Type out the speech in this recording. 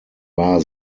war